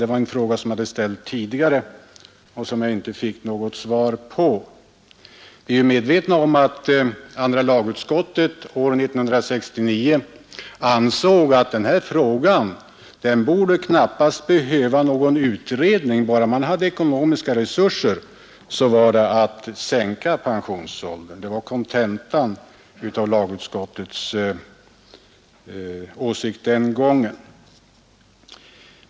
Det är en fråga som jag ställt tidigare och som jag inte fått något svar på. Vi är medvetna om att andra lagutskottet 1969 ansåg att denna fråga knappast borde behöva någon utredning. Bara man hade ekonomiska resurser gick det att sänka pensionsåldern. Det var kontentan av lagutskottets åsikt den gången.